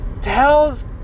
tells